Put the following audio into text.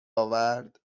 آورد